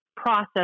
Process